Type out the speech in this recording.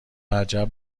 عجب